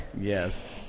Yes